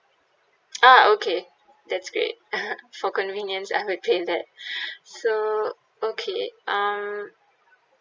ah okay that's great for convenience I will pay that so okay um